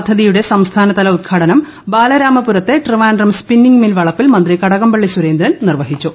പദ്ധതിയുടെ സംസ്ഥാനതല ഉദ്ഘാടനം ബാലരാമപുരത്തെ ട്രിവാൻഡ്രം സ്പിന്നിങ്ങ് മിൽ വളപ്പിൽ മന്ത്രി കടകംപള്ളി സുരേന്ദ്രൻ നിർവഹിച്ചു